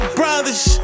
brothers